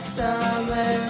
summer